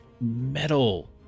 Metal